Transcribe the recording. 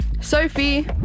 sophie